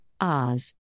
Oz